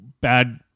bad